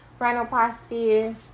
rhinoplasty